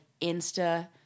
insta